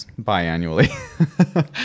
biannually